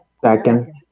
Second